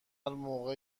موقع